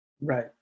Right